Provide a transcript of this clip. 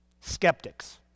skeptics